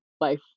life